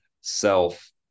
self